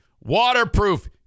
waterproof